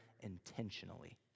intentionally